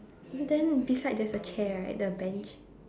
then beside there's a chair right the bench